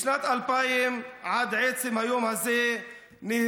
משנת 2000 עד עצם היום הזה נהרגו